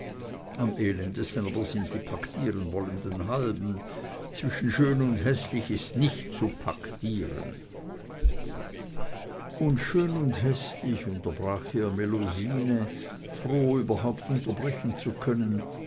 am elendesten aber sind die paktieren wollenden halben zwischen schön und häßlich ist nicht zu paktieren und schön und häßlich unterbrach hier melusine froh überhaupt unterbrechen zu können